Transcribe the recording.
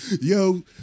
Yo